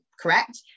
correct